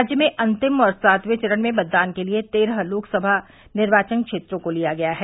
राज्य में अंतिम और सातवे चरण में मतदान के लिये तेरह लोकसभा निर्वाचन क्षेत्रों को लिया गया है